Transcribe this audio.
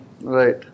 Right